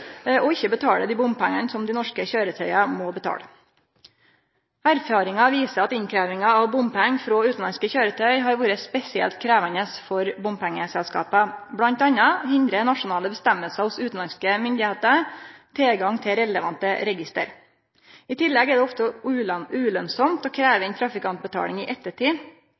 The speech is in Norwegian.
og ikkje betaler dei bompengane som dei norske køyretøya må betale. Erfaringar viser at innkrevjinga av bompengar frå utanlandske køyretøy har vore spesielt krevjande for bompengeselskapa, m.a. hindrar nasjonale reglar hos utanlandske myndigheiter tilgang til relevante register. I tillegg er det ofte ulønsamt å krevje inn trafikantbetaling i ettertid.